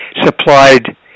supplied